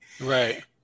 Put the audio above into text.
Right